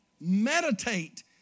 meditate